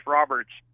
Roberts